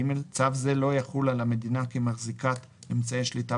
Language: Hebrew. צו זה לא יחול על המדינה כמחזיקת אמצעי שליטה